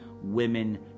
women